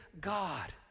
God